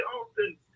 often